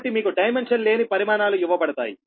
కాబట్టి మీకు డైమెన్షన్ లేని పరిమాణాలు ఇవ్వబడతాయి